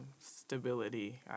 stability